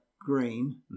green